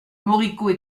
moricaud